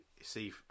see